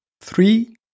Three